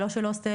לא של הוסטל,